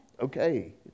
Okay